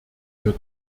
wir